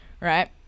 right